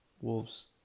Wolves